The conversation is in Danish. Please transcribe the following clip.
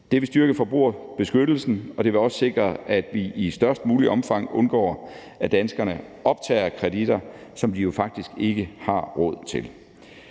Det vil styrke forbrugerbeskyttelsen, og det vil også sikre, at vi i størst muligt omfang undgår, at danskerne optager kreditter, som de faktisk ikke har råd til.